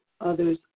others